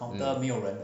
mm